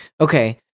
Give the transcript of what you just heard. Okay